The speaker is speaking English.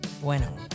bueno